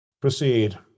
Proceed